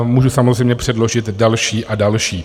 Můžu samozřejmě předložit další a další.